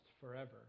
forever